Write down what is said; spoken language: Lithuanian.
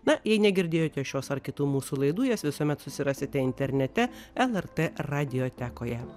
na jei negirdėjote šios ar kitų mūsų laidų jas visuomet susirasite internete lrt radiotekoje